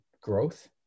growth